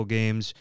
games